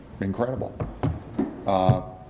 incredible